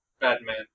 Batman